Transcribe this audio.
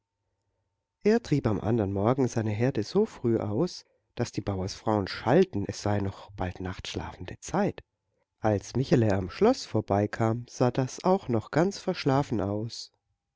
er trieb am andern morgen seine herde so früh aus daß die bauersfrauen schalten es sei noch bald nachtschlafene zeit als michele am schloß vorbeikam sah das auch noch ganz verschlafen aus